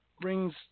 brings